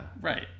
right